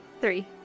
Three